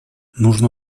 нужно